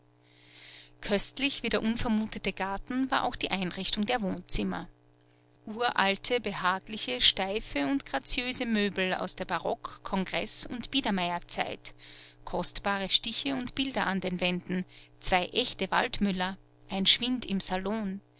köstlich wie der unvermutete garten war auch die einrichtung der wohnzimmer uralte behagliche steife und graziöse möbel aus der barock kongreß und biedermeierzeit kostbare stiche und bilder an den wänden zwei echte waldmüller ein schwind im salon